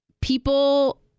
people